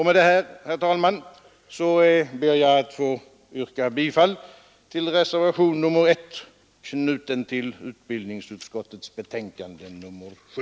Med detta, herr talman, ber jag att få yrka bifall till reservationen 1 vid utbildningsutskottets betänkande nr 7.